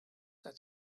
that